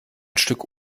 stück